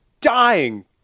dying